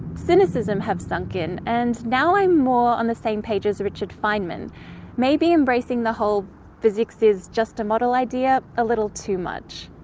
cynicism have sunk in and now i'm more on the same page as richard feynman maybe embracing the whole physics is just a model idea a little too much.